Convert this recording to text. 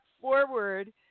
forward